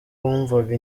bumvaga